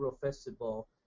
Festival